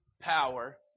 power